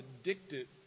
addicted